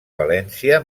valència